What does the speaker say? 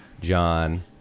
John